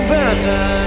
better